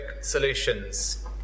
solutions